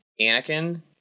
Anakin